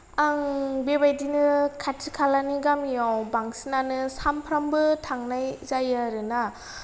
आं बेबायदिनो खाथि खालानि गामियाव बांसिनानो सामफ्रामबो थांनाय जायो आरो ना